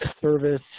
service